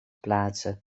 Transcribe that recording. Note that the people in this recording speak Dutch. plaatsen